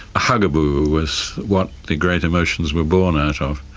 hugaboo was what the great emotions were born out of,